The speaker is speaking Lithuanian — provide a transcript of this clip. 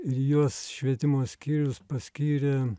juos švietimo skyrius paskyrė